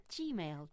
gmail